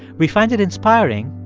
we find it inspiring,